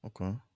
Okay